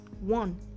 one